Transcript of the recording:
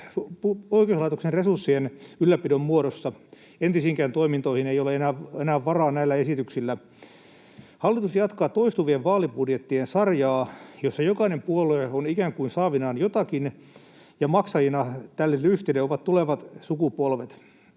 oikeuslaitoksen resurssien ylläpidon muodossa — entisiinkään toimintoihin ei ole enää varaa näillä esityksillä. Hallitus jatkaa toistuvien vaalibudjettien sarjaa, joissa jokainen puolue on ikään kuin saavinaan jotakin, ja maksajina tälle lystille ovat tulevat sukupolvet.